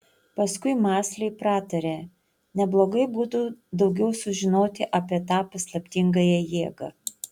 paskui mąsliai pratarė neblogai būtų daugiau sužinoti apie tą paslaptingąją jėgą